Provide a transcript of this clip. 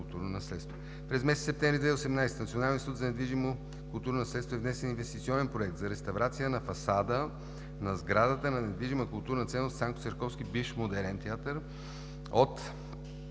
През месец септември 2018 г. в Националния институт за недвижимо културно наследство е внесен „Инвестиционен проект за реставрация на фасада на сградата на недвижима културна ценност „Цанко Церковски“ – бивш „Модерен театър“, от